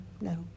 no